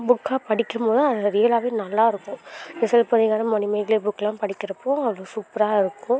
புக்காக படிக்கும்போது அது ரியல்லாகவே நல்லாருக்கும் இப்போ சிலப்பதிகாரம் மணிமேகலை புக்லாம் படிக்கிறப்போ அது சூப்பராக இருக்கும்